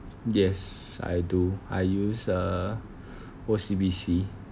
yes I do I use uh O_C_B_C